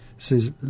says